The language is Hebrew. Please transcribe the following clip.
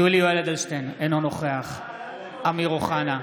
יולי יואל אדלשטיין, אינו נוכח אמיר אוחנה,